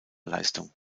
leistung